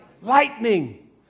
Lightning